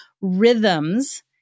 rhythms